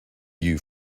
you